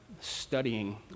studying